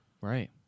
Right